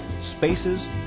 spaces